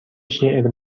شعر